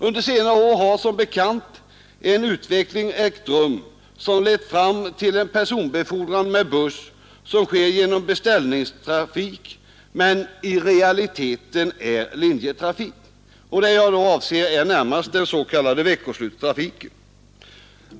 Under senare år har som bekant en utveckling ägt rum, som lett fram till en personbefordran med buss som sker genom beställningstrafik men i realiteten är linjetrafik. Vad jag då avser är närmast den s.k. veckoslutstrafiken.